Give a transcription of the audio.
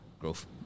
growth